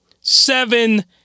Seven